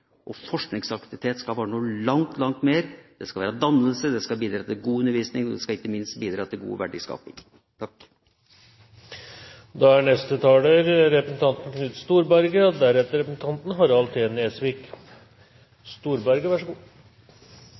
av forskningsaktivitet i Norge. Men forskningsaktivitet skal være noe langt, langt mer, det skal være dannelse, det skal bidra til god undervisning, og det skal ikke minst bidra til god verdiskaping. Den økonomiske situasjonen vi nå ser avtegne seg rundt oss, kan raskt og